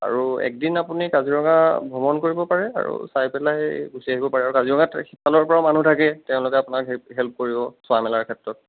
আৰু এক দিন আপুনি কাজিৰঙা ভ্ৰমণ কৰিব পাৰে আৰু চাই পেলাই গুছি আহিব পাৰে আৰু কাজিৰঙাত সিফালৰ পৰাও মানুহ থাকে তেওঁলোকে আপোনাক হেল্প কৰিব চোৱা মেলাৰ ক্ষেত্ৰত